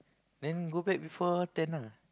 then go back before ten ah